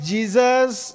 Jesus